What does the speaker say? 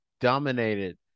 dominated